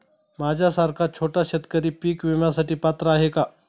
माझ्यासारखा छोटा शेतकरी पीक विम्यासाठी पात्र आहे का?